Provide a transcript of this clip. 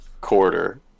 quarter